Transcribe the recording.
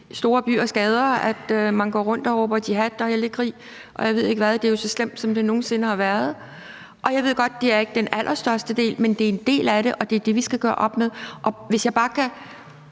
store byers gader, at man går rundt og råber »jihad« og »hellig krig«, og jeg ved ikke hvad. Det er jo så slemt, som det nogen sinde har været. Jeg ved godt, at det ikke er den allerstørste del, men det er en del af det, og det er det, vi skal gøre op med. Hvis vi bare kunne